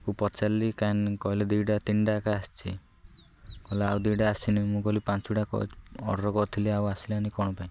କୁ ପଚାରିଲି କାହିଁ କହିଲେ ଦୁଇଟା ତିନିଟାକେ ଆସିଛି କହିଲେ ଆଉ ଦୁଇଟା ଆସିନି ମୁଁ କହିଲି ପାଞ୍ଚଟା ଅର୍ଡ଼ର୍ କରିଥିଲି ଆଉ ଆସିଲାନି କ'ଣ ପାଇଁ